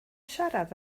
siarad